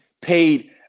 paid